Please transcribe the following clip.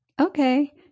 okay